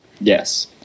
yes